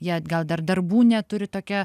jie gal dar darbų neturi tokia